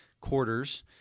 quarters